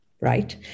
right